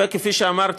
וכפי שאמרתי,